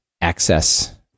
access